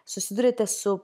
susiduriate su